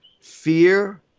fear